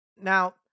Now